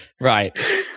Right